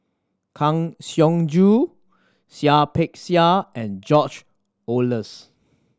Kang Siong Joo Seah Peck Seah and George Oehlers